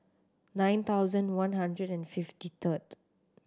nine thousand one hundred and fifty third